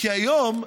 כי היום,